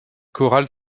chorale